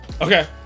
Okay